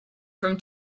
from